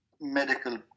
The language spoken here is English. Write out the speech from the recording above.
medical